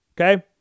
Okay